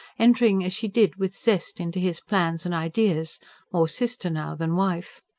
entering as she did with zest into his plans and ideas more sister now than wife.